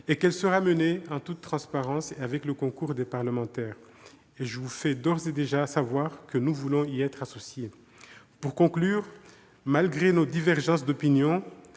et qu'elle sera menée en toute transparence, avec le concours des parlementaires. Je vous fais d'ores et déjà savoir que nous voulons y être associés. Pour conclure, malgré nos divergences d'opinions,